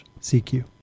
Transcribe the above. CQ